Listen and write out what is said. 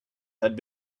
had